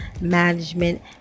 management